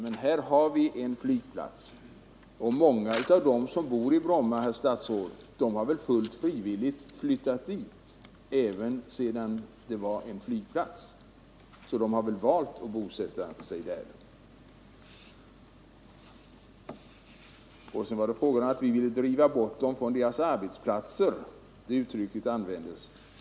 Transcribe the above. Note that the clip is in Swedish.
Ja, men det finns en flygplats i Bromma, och många av dem som bor i Bromma har väl, herr statsråd, fullt frivilligt flyttat dit — även efter det att det blev en flygplats där. De har väl valt att bosätta sig där. Sedan sades det att vi ville driva bort människorna från deras arbetsplatser — det uttrycket användes.